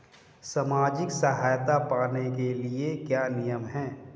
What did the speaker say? सामाजिक सहायता पाने के लिए क्या नियम हैं?